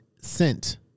sent